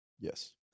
Yes